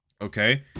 okay